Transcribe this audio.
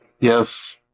Yes